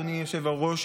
אדוני היושב-ראש,